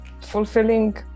fulfilling